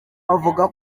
avuga